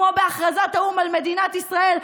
כמו בהכרזת האו"ם על מדינת ישראל,